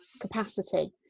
capacity